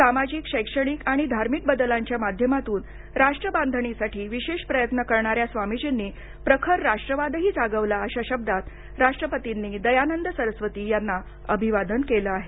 सामाजिक शैक्षणिक आणि धार्मिक बदलांच्या माध्यमातून राष्ट्रबांधणीसाठी विशेष प्रयत्न करणाऱ्या स्वामीजींनी प्रखर राष्ट्रवादही जागवला अश्या शब्दांत राष्ट्रपतींनी दयानंद सरस्वती यांना अभिवादन केलं आहे